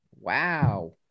Wow